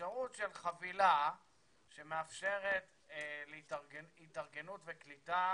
לאפשרות של חבילה שמאפשרת התארגנות וקליטה